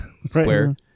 square